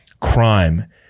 crime